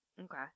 Okay